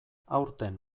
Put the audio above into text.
aurten